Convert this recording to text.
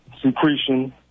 secretion